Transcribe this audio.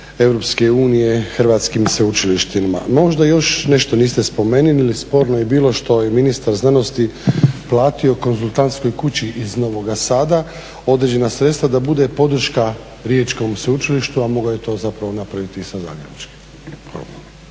sredstava EU hrvatskim sveučilištima. Možda još nešto niste spomenuli, sporno je bilo što je ministar znanosti platio konzultantskoj kući iz Novoga Sada određena sredstva da bude podrška Riječkom sveučilištu a mogao je to zapravo napraviti i sa zagrebačkim.